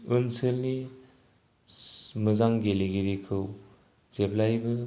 ओनसोलनि मोजां गेलेगिरिखौ जेब्लाबो